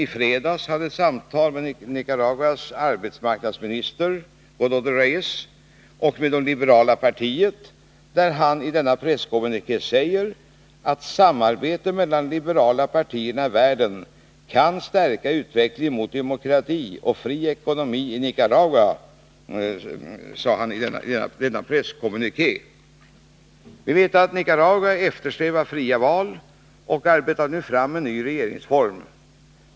I fredags hade han ett samtal med Nicaraguas arbetsmarknadsminister Virgilio Godoy Reyes, ledare för liberala partiet. I pressmeddelandet säger arbetsmarknadsminister Eliasson att ”samarbetet mellan liberala partierna i världen kan stärka utvecklingen mot demokrati och fri ekonomi i Nicaragua”. Nicaragua eftersträvar fria val och arbetar nu fram en ny regeringsform.